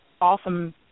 awesome